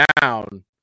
down